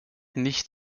nicht